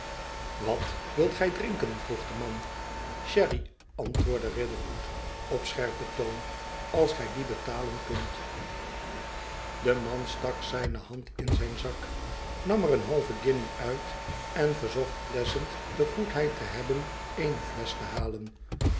wat wilt gij drinken vroeg de man sherry antwoordde riderhood op scherpen toon als gij die betalen kunt de man stak zijne hand in zijn zak nam er een halven guinje uit en verzocht pleasant de goedheid te hebben eene flesch te halen